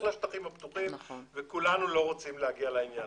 לשטחים הפתוחים וכולנו לא רוצים להגיע לזה.